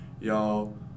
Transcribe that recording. y'all